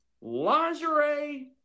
Lingerie